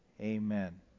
Amen